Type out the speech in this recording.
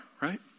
right